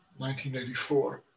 1984